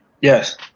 yes